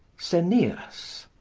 ceneus,